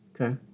Okay